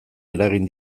eragin